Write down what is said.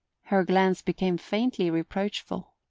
her glance became faintly reproachful.